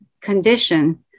condition